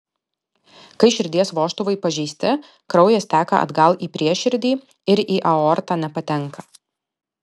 kai širdies vožtuvai pažeisti kraujas teka atgal į prieširdį ir į aortą nepatenka